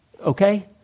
Okay